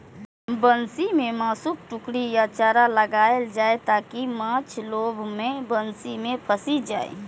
बंसी मे मासुक टुकड़ी या चारा लगाएल जाइ, ताकि माछ लोभ मे बंसी मे फंसि जाए